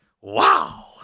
Wow